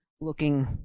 looking